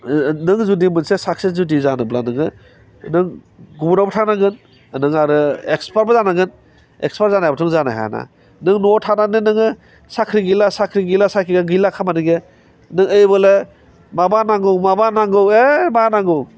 नों जुदि मोनसे साक्सेस जुदि जानोब्ला नों नों गनाव थानांगोन नों आरो एक्सपार्टबो जानांगोन एक्सपार्ट जानो हायाबाथ' नों जानो हायाना नों न'आव थानानैनो नोङो साख्रि गैला साख्रि गैला साख्रिआनो गैया खामानि गैया माबा नांगौ माबा नांगौ ए मा नांगौ